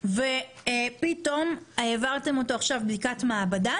ופתאום העברתם אותו עכשיו בדיקת מעבדה